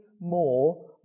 more